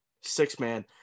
Six-man